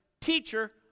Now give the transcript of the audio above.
Teacher